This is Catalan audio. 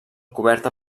coberta